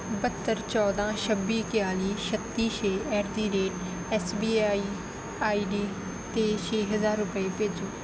ਬਹੱਤਰ ਚੌਦਾਂ ਛੱਬੀ ਇਕਤਾਲੀ ਛੱਤੀ ਛੇ at the rate S B I I D 'ਤੇ ਛੇ ਹਜ਼ਾਰ ਰੁਪਏ ਭੇਜੋ